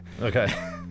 Okay